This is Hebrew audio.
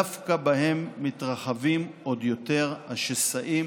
דווקא בהם מתרחבים עוד יותר השסעים